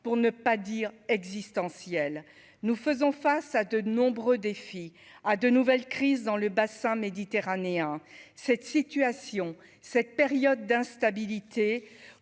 pour ne pas dire existentielle, nous faisons face à de nombreux défis à de nouvelles crises dans le bassin méditerranéen, cette situation cette période d'instabilité